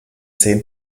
zehn